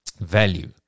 value